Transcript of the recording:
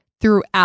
throughout